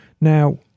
Now